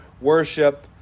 worship